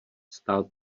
vstal